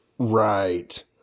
Right